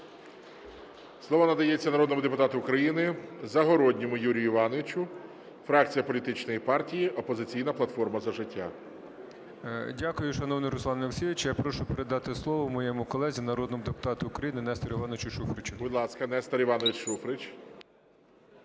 Слово надається народному депутату України Загородньому Юрію Івановичу, фракція політичної партії "Опозиційна платформа – За життя". 13:06:51 ЗАГОРОДНІЙ Ю.І. Дякую, шановний Руслан Олексійович. Я прошу передати слово моєму колезі, народному депутату України Нестору Івановичу Шуфричу. ГОЛОВУЮЧИЙ. Будь ласка, Нестор Іванович Шуфрич.